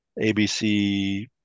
ABC